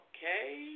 Okay